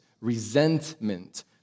resentment